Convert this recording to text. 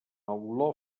olor